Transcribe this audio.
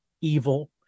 evil